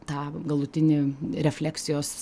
tą galutinį refleksijos